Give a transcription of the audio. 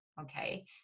Okay